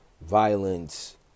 violence